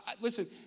Listen